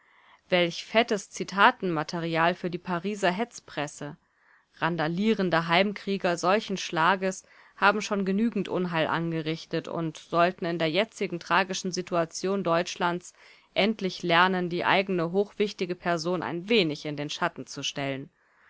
welch fettes zitatenmaterial für die pariser hetzpresse randalierende heimkrieger solchen schlages haben schon genügend unheil angerichtet und sollten in der jetzigen tragischen situation deutschlands endlich lernen die eigene hochwichtige person ein wenig in den schatten zu stellen